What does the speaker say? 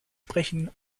sprechen